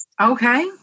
Okay